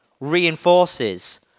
reinforces